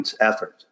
effort